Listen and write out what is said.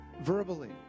verbally